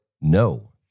no